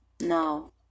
No